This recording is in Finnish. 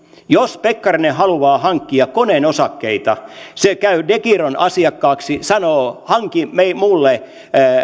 jos pekkarinen haluaa hankkia koneen osakkeita hän käy degiron asiakkaaksi ja sanoo hanki mulle